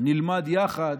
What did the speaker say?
נלמד יחד,